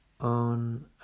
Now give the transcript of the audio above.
on